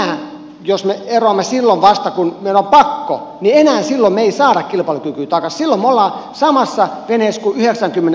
mutta jos me eroamme silloin vasta kun meidän on pakko niin silloin me emme enää saa kilpailukykyämme takaisin